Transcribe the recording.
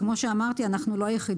כמו שאמרתי, אנחנו לא היחידים.